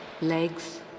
Legs